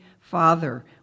Father